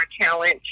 challenge